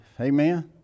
Amen